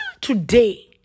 today